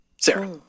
Sarah